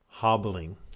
Hobbling